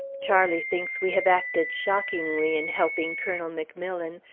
charlie thinks we have acted shockingly in helping colonel mcmillan,